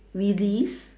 relive